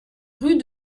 rue